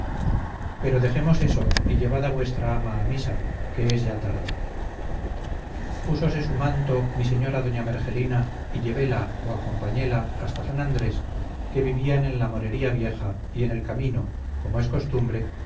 pero dejemos eso y llevad a vuestra ama a misa que es ya tarde púsose su manto mi señora doña mergelina y llevéla o acompañéla hasta s andrés que vivían en la morería vieja y en el camino como es costumbre muchos de